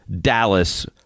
Dallas